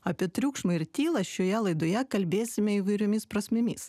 apie triukšmą ir tylą šioje laidoje kalbėsime įvairiomis prasmėmis